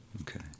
Okay